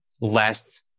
less